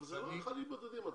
אבל הנושא הוא לא חיילים בודדים.